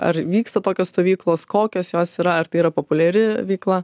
ar vyksta tokios stovyklos kokios jos yra ar tai yra populiari veikla